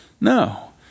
No